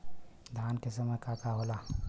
धान के समय का का होला?